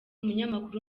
umunyamakuru